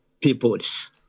peoples